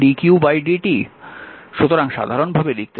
সুতরাং সাধারণভাবে লিখতে পারেন যে dq i dt